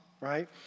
right